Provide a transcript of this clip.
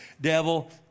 Devil